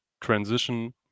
transition